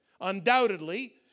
Undoubtedly